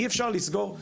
אי אפשר לסגור.